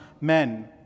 men